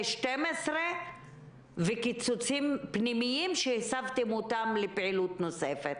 12 וקיצוצים פנימיים שהסבתם אותם לפעילות נוספת?